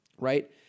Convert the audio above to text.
right